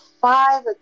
five